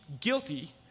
guilty